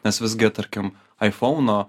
nes visgi tarkim aifouno